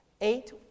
Eight